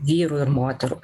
vyrų ir moterų